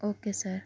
okay sir